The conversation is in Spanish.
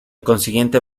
consiguiente